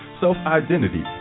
self-identity